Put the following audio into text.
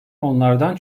onlardan